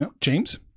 James